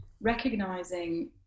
recognizing